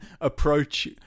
approach